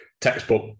textbook